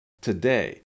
today